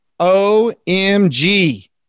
OMG